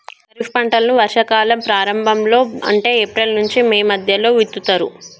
ఖరీఫ్ పంటలను వర్షా కాలం ప్రారంభం లో అంటే ఏప్రిల్ నుంచి మే మధ్యలో విత్తుతరు